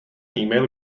email